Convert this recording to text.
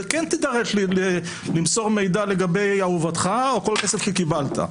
כן תידרש למסור מידע לגבי אהובתך או כל כסף שקיבלת.